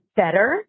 better